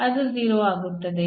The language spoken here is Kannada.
ಅದು 0 ಆಗುತ್ತದೆ